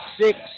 six